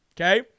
Okay